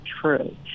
true